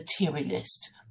materialist